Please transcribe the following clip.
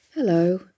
Hello